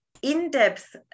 in-depth